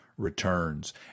returns